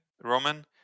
Roman